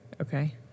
Okay